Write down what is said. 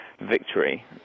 victory